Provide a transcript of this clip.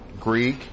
Greek